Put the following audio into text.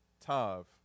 tav